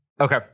okay